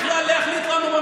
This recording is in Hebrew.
מתחייב לשמור אמונים